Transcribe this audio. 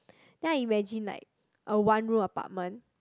then I imagine like a one room apartment